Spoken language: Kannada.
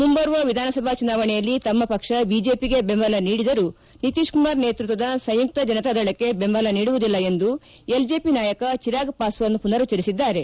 ಮುಂಬರುವ ವಿಧಾನಸಭಾ ಚುನಾವಣೆಯಲ್ಲಿ ತಮ್ಮ ಪಕ್ಷ ಬಿಜೆಟಗೆ ಬೆಂಬಲ ನೀಡಿದರೂ ನಿಶೀಶ್ಕುಮಾರ್ ನೇತೃತ್ವದ ಸಂಯುಕ್ತ ಜನತಾದಳಕ್ಕೆ ಬೆಂಬಲ ನೀಡುವುದಿಲ್ಲ ಎಂದು ಎಲ್ಜೆಪಿ ನಾಯಕ ಜಿರಾಗ್ ಪಾಸ್ವಾನ್ ಮನರುಚ್ವರಿಸಿದ್ದಾರೆ